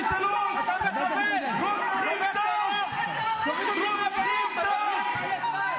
אתה לא יכול לשבת --- מי שמואשם בטרור זו הקבוצה הזו.